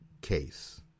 case